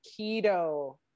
keto